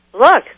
look